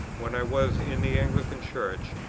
when i was in the anglican church,